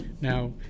now